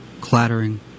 clattering